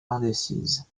indécise